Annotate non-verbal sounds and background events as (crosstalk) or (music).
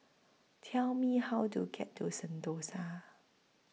Tell Me How to get to (unintelligible)